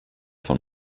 von